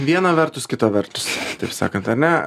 viena vertus kita vertus taip sakant ar ne